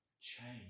change